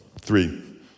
Three